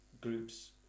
groups